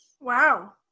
Wow